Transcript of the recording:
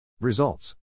results